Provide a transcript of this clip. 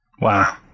Wow